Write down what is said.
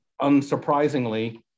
unsurprisingly